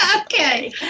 Okay